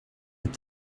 with